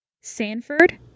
Sanford